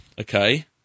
okay